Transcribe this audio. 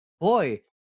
boy